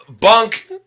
bunk